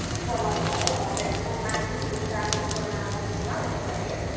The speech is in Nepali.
के बनाउँ होला हौ म चाहिँ म मासुहरू दालहरू बनाएर बोक्छु ल उसो भए